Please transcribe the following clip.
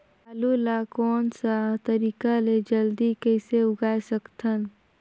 आलू ला कोन सा तरीका ले जल्दी कइसे उगाय सकथन?